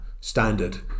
standard